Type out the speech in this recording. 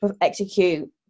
execute